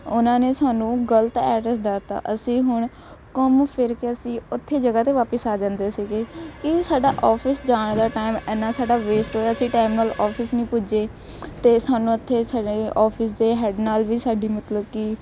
ਉਹਨਾਂ ਨੇ ਸਾਨੂੰ ਗਲਤ ਐਡਰੈਸ ਦੱਸਤਾ ਅਸੀਂ ਹੁਣ ਘੁੰਮ ਫਿਰ ਕੇ ਅਸੀਂ ਉੱਥੇ ਜਗ੍ਹਾ 'ਤੇ ਵਾਪਿਸ ਆ ਜਾਂਦੇ ਸੀਗੇ ਕੀ ਸਾਡਾ ਔਫਿਸ ਜਾਣ ਦਾ ਟਾਈਮ ਇੰਨਾ ਸਾਡਾ ਵੇਸਟ ਹੋਇਆ ਅਸੀਂ ਟਾਈਮ ਨਾਲ ਔਫਿਸ ਨਹੀਂ ਪੁੱਜੇ ਅਤੇ ਸਾਨੂੰ ਉੱਥੇ ਸਾਡੇ ਔਫਿਸ ਦੇ ਹੈੱਡ ਨਾਲ ਵੀ ਸਾਡੀ ਮਤਲਬ ਕਿ